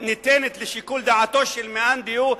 לשיקול דעתו של מאן דהוא,